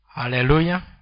Hallelujah